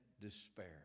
despair